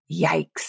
Yikes